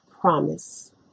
promise